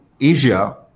Asia